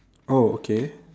oh okay